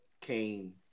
came